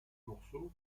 morceaux